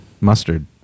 mustard